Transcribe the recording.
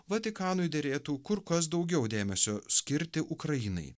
vatikanui derėtų kur kas daugiau dėmesio skirti ukrainai